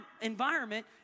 environment